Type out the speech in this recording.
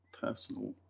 Personal